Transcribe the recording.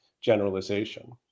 generalization